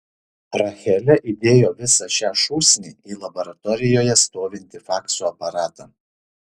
rachelė įdėjo visą šią šūsnį į laboratorijoje stovintį fakso aparatą